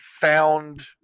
found